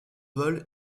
vol